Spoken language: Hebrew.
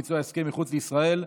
ביצוע הסכם מחוץ לישראל),